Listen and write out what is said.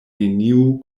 neniu